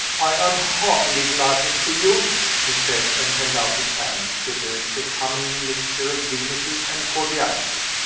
i am heartily glad to see you, he said and held out his hand with a becoming mixture of dignity and cordiality.